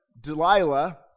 Delilah